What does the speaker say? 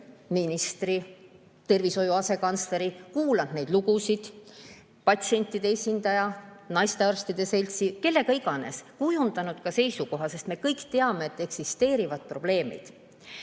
ministriga, tervishoiu asekantsleriga, kuulanud neid lugusid, patsientide esindajaga, naistearstide seltsiga või kellega iganes, ja kujundanud seisukoha. Sest me kõik teame, et eksisteerivad probleemid.